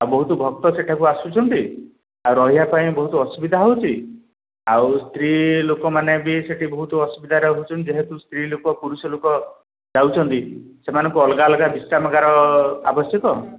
ଆଉ ବହୁତ ଭକ୍ତ ସେଠାକୁ ଆସୁଛନ୍ତି ଆଉ ରହିବା ପାଇଁ ବହୁତ ଅସୁବିଧା ହେଉଛି ଆଉ ସ୍ତ୍ରୀ ଲୋକମାନେ ବି ସେଠି ବହୁତ ଅସୁବିଧାରେ ରହୁଛନ୍ତି ଯେହେତୁ ସ୍ତ୍ରୀଲୋକ ପୁରୁଷଲୋକ ଯାଉଛନ୍ତି ସେମାନଙ୍କୁ ଅଲଗା ଅଲଗା ବିଶ୍ରାମଗାର ଆବଶ୍ୟକ